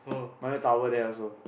Milo tower there also